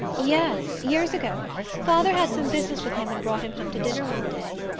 yes years ago father had some business with him and brought him home to dinner one day.